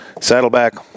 Saddleback